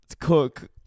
cook